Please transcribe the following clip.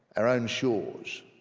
our own shores,